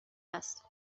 است